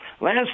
last